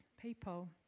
people